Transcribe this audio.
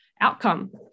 outcome